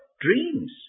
dreams